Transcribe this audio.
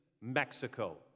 Mexico